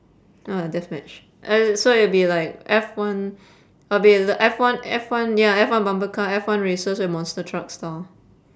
!wah! death match uh so it'll be like F one it'll be the F one F one ya F one bumper car F one races and monster truck style